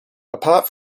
apart